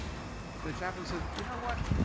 the chaplain said, you know what?